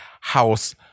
house